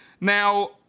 now